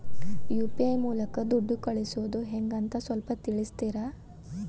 UPI ಮೂಲಕ ದುಡ್ಡು ಕಳಿಸೋದ ಹೆಂಗ್ ಅಂತ ಸ್ವಲ್ಪ ತಿಳಿಸ್ತೇರ?